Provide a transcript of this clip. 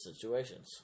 situations